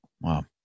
Wow